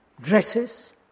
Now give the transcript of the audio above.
dresses